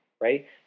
right